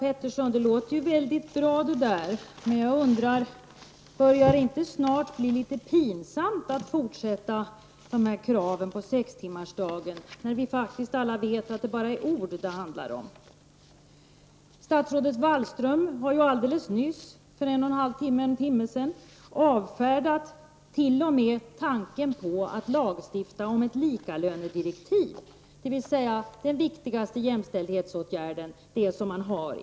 Herr talman! Ja, Ulla Pettersson, det lät ju bra. Börjar det inte snart att bli pinsamt att fortsätta att ställa dessa krav på sextimmarsdag när vi alla vet att det faktiskt bara handlar om ord? Statsrådet Margot Wallström avfärdade för cirka en och en halv timma sedan t.o.m. tanken på att lagstifta om ett likalönedirektiv, dvs. den viktigaste jämställdhetsåtgärden inom EG.